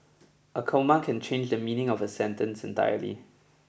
a coma can change the meaning of a sentence entirely